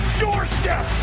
doorstep